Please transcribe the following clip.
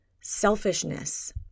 selfishness